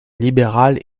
libéral